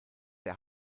der